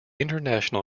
international